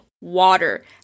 water